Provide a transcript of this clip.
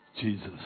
Jesus